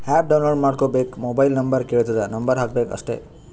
app download ಮಾಡ್ಕೋಬೇಕ್ mobile number ಕೆಳ್ತುದ್ number ಹಾಕಬೇಕ ಅಷ್ಟೇ